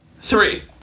three